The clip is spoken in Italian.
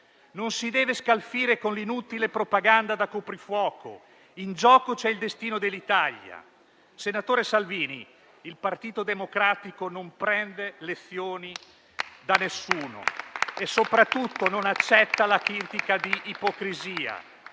Non si deve scalfire con l'inutile propaganda da coprifuoco; in gioco c'è il destino dell'Italia. Senatore Salvini, il Partito Democratico non prende lezioni da nessuno. Soprattutto non accetta la critica di ipocrisia.